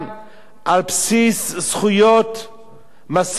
על בסיס זכויות מסורתיות,